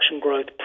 growth